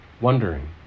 wondering